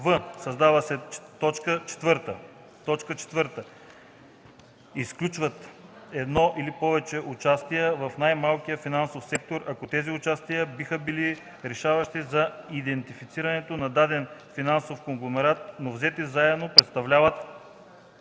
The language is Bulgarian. в) създава се т. 4: „4. изключат едно или повече участия в най-малкия финансов сектор, ако тези участия биха били решаващи за идентифицирането на даден финансов конгломерат, но взети заедно представляват